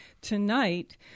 tonight